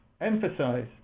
emphasize